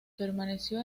permaneció